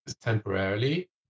temporarily